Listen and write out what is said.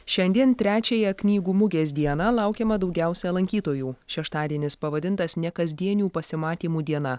šiandien trečiąją knygų mugės dieną laukiama daugiausia lankytojų šeštadienis pavadintas nekasdienių pasimatymų diena